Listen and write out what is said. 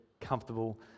comfortable